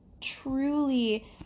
truly